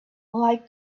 like